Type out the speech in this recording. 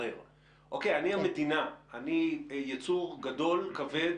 שאני המדינה, אני יצור גדול וכבד